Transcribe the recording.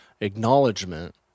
acknowledgement